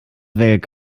welk